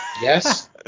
Yes